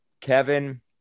Kevin